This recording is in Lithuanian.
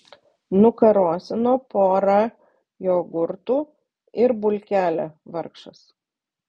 nukarosino pora jogurtų ir bulkelę vargšas